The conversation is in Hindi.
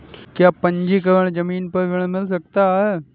क्या पंजीकरण ज़मीन पर ऋण मिल सकता है?